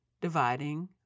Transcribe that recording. dividing